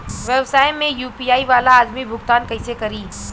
व्यवसाय में यू.पी.आई वाला आदमी भुगतान कइसे करीं?